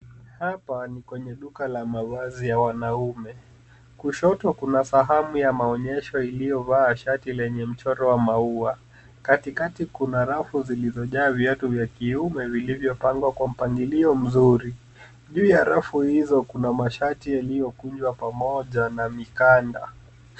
Hapa ni kwenye duka la mavazi ya wanaume kushoto kuna sanamu ya maonyesho iliyovaa shati lenye mchoro wa mauwa, katikati kuna rafu zilizojaa viatu vya kiume vilivyopangwa kwa mpangilio mzuri, juu ya rafu hizo kuna mashati yaliyokunjwa pamoja na mikanda.